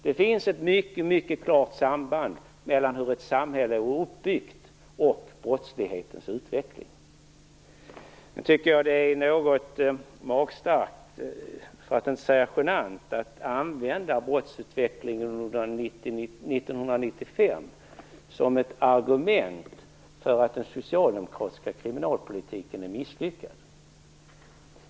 Det finns ett mycket klart samband mellan hur ett samhälle är uppbyggt och brottslighetens utveckling. Jag tycker att det är något magstarkt, för att inte säga genant, att använda brottsutvecklingen under 1995 som ett argument för att den socialdemokratiska kriminalpolitiken skulle vara misslyckad.